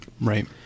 right